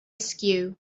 askew